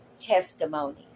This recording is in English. testimonies